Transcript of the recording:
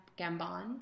Gambon